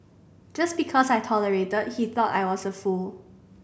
just because I tolerated he thought I was a fool